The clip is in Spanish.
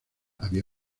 había